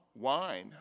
wine